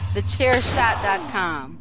TheChairShot.com